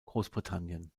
großbritannien